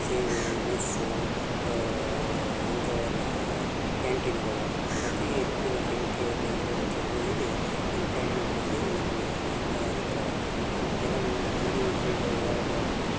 ಸೇವೆ ಮೆಸ್ಸು ಇಂಥವೆಲ್ಲ ಕ್ಯಾಂಟೀನ್ಗಳು ಅತಿ ಹೆಚ್ಚಿನ ಸಂಖ್ಯೆಯಲ್ಲಿ ಇರುವಂಥ ಊರಿಗೆ ನಮ್ಮ ಪ್ರಯಾಣ ಬೆಳೆಸಿದರೆ ನಮಗೆ ಅನುಕೂಲವಾಗ್ತದೆ ಮತ್ತು ಇನ್ನೂ ಕೆಲವಿನ್ನು ಹಳ್ಳಿ ಸೈಡು ಯಾವ್ದಾರೂ